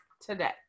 Today